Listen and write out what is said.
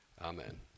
Amen